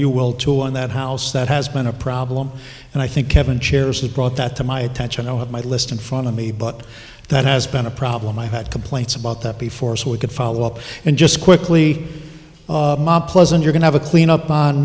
you will too and that house that has been a problem and i think kevin chairs have brought that to my attention i have my list in front of me but that has been a problem i had complaints about that before so we could follow up and just quickly pleasant you're going have a clean up on